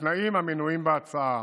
לתנאים המנויים בהצעה.